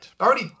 already